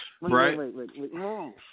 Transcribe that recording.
Right